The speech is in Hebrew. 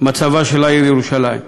מצבה של העיר ירושלים.